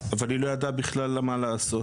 אבל היא לא ידעה בכלל מה לעשות.